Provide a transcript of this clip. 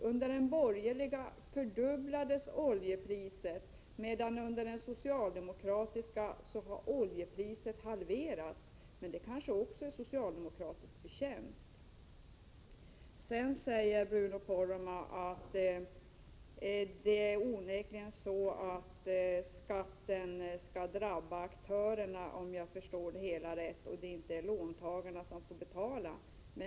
Under den borgerliga perioden fördubblades oljepriset, medan det under den socialdemokratiska perioden har halverats — men det kanske också är socialdemokratins förtjänst? Bruno Poromaa säger också att det onekligen är så att skatten skall drabba aktörerna, om jag nu förstått det hela rätt, och att det inte är låntagarna som får betala.